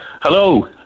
hello